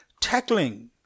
tackling